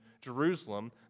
Jerusalem